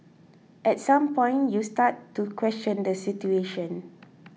at some point you start to question the situation